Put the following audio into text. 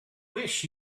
wish